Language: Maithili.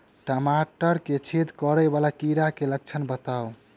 टमाटर मे छेद करै वला कीड़ा केँ लक्षण बताउ?